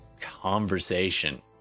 conversation